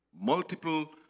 Multiple